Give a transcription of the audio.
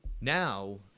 Now